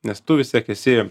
nes tu vis tiek esi